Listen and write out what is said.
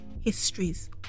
histories